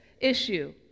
issue